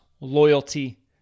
loyalty